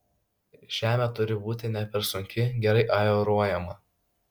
žemė turi būti ne per sunki gerai aeruojama